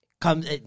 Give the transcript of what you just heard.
comes